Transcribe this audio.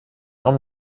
raum